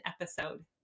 episode